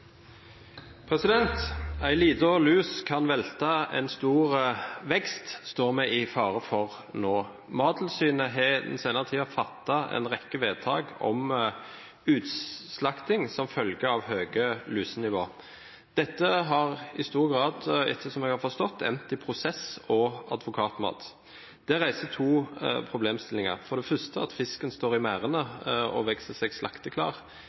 lus kan velte en stor vekst, er det fare for nå. Mattilsynet har den senere tiden fattet en rekke vedtak om utslakting som følge av høye lusenivå. Dette har i stor grad, etter det jeg har forstått, endt i prosess og advokatmat. Det reiser to problemstillinger: Det første er at fisken står i merdene og